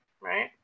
Right